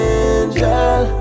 angel